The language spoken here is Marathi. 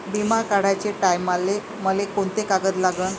बिमा काढाचे टायमाले मले कोंते कागद लागन?